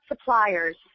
suppliers